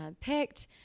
picked